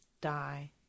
die